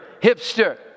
hipster